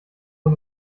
nur